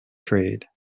trade